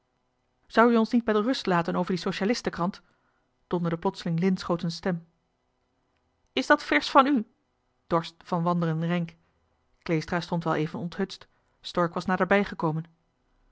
u ons nu niet met rust laten over die socialistenkrant donderde plotseling linschooten's stem is dat vers van u dorst van wanderen renck kleestra stond wel even onthutst stork was naderbij gekomen